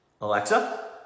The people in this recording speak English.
alexa